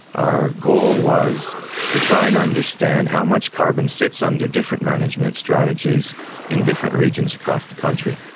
our goal was to try and understand how much carbon sits under different management strategies in different regions across the country.